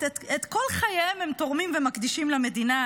את כל חייהם הם תורמים ומקדישים למדינה,